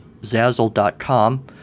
zazzle.com